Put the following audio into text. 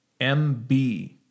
MB